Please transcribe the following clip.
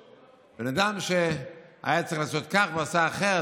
בן אדם שהיה צריך לעשות כך ועשה אחרת,